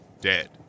dead